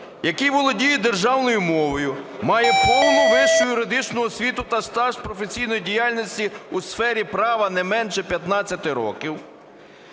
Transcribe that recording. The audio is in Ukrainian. який володіє державною мовою, має повну вищу юридичну освіту та стаж професійної діяльності у сфері права не менше 15 років,